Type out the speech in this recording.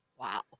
Wow